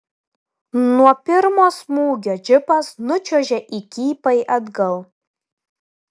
nuo pirmo smūgio džipas nučiuožė įkypai atgal